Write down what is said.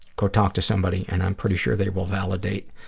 go talk to somebody, and i'm pretty sure they will validate